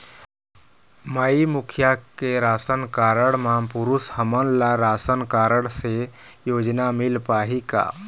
माई मुखिया के ration card म पुरुष हमन ला राशन कारड से योजना मिल पाही का?